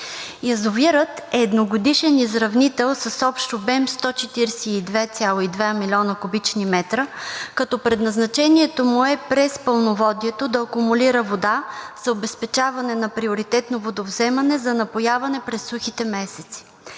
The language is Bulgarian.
Язовирът е едногодишен изравнител с общ обем 142,2 млн. куб. м, като предназначението му е през пълноводието да акумулира вода за обезпечаване на приоритетно водовземане за напояване през сухите месеци.